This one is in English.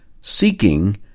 seeking